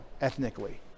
ethnically